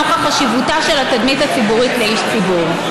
נוכח חשיבותה של התדמית הציבורית לאיש הציבור.